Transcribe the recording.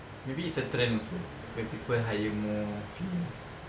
maybe it's a trend also where people hire more females